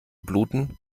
bluten